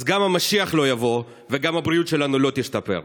אז גם המשיח לא יבוא וגם הבריאות שלנו לא תשתפר.